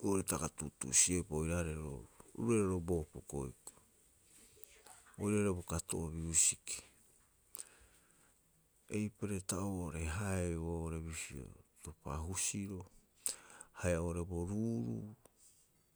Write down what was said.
roo'ore ta aga tuutuusi'eupa oiraarei roo, oru roira roo Boopu koikoi oiraarei bo kato'oo miusiki. Eipare ta oo'ore haaeu oo'ore bisio, topa husiro hai oo'ore bo ruuru'u.